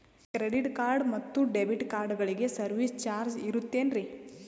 Credit card ಮತ್ತು debit ಕಾರ್ಡಗಳಿಗೆ service charge ಇರುತೇನ್ರಿ?